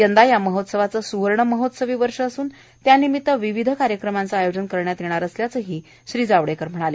यंदा या महोत्सवाचं स्वर्ण महोत्सवी वर्ष असून त्यानिमित विविध कार्यक्रमांचं आयोजन करण्यात येत असल्याचंही त्यांनी यावेळी सांगितलं